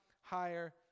higher